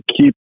keep